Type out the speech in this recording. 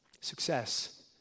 success